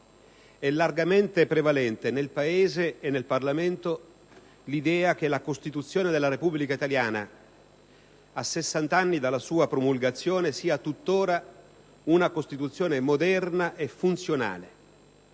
È largamente prevalente nel Paese e nel Parlamento l'idea che la Costituzione della Repubblica italiana, a sessant'anni dalla sua promulgazione, sia tuttora moderna e funzionale,